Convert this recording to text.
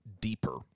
Deeper